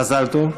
מזל טוב.